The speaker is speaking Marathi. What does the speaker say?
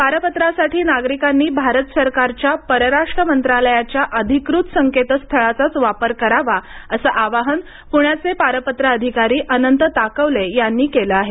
पारपत्रासाठी नागरिकांनी भारत सरकारच्या परराष्ट्र मंत्रालयाच्या अधिकृत संकेतस्थळाचाच वापर करावा असं आवाहन पुण्याचे पारपत्र अधिकारी अनंत ताकवाले यांनी केले आहे